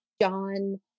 John